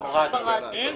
הורדנו.